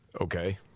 okay